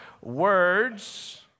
words